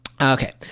Okay